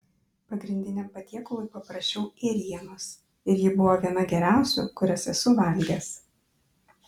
pagrindiniam patiekalui paprašiau ėrienos ir ji buvo viena geriausių kurias esu valgęs